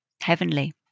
Heavenly